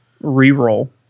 re-roll